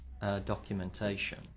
documentation